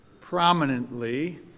prominently